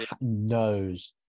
knows